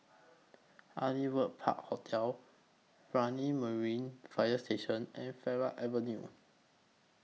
Aliwal Park Hotel Brani Marine Fire Station and Farleigh Avenue